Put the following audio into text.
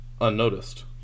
unnoticed